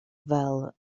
fel